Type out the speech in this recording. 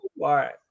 right